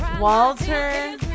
Walter